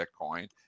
Bitcoin